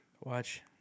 Watch